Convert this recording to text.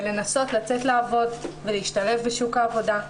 ולנסות לצאת לעבוד ולהשתלב בשוק העבודה,